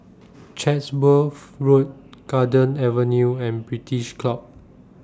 Chatsworth Road Garden Avenue and British Club